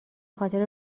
خاطر